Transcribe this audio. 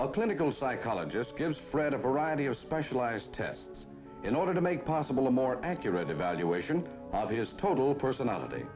a clinical psychologist gives fred a variety of specialized tests in order to make possible a more accurate evaluation obvious total personality